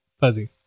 Fuzzy